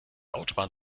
autobahn